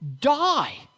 die